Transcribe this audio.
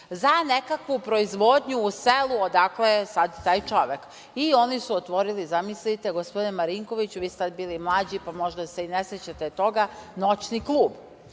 za nekakvu proizvodnju u selu odakle je taj čovek i oni su otvorili, zamislite, gospodine Marinkoviću, vi ste tada bili mlađi, pa se možda ne sećate toga, noćni klub.